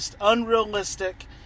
unrealistic